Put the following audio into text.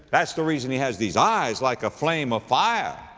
that's the reason he has these eyes like a flame of fire.